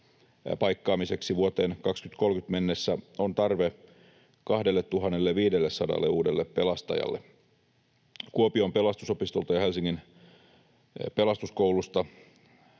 paikkaamiseksi vuoteen 2030 mennessä on tarve 2 500 uudelle pelastajalle. Kuopion Pelastusopistolta ja Helsingin Pelastuskoulusta